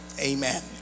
Amen